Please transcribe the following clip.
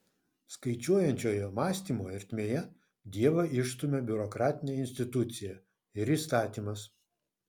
skaičiuojančiojo mąstymo ertmėje dievą išstumia biurokratinė institucija ir įstatymas